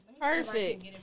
Perfect